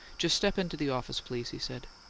just step into the office, please, he said.